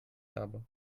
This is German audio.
habe